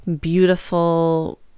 beautiful